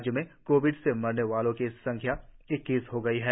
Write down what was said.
राज्य में कोविड से मरने वालों की संख्या इक्कीस हो गई है